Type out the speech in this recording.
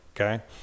okay